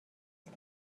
است